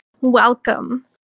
welcome